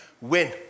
win